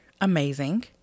amazing